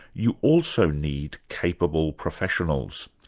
you also need capable professionals,